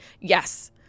yes